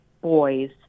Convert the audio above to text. boys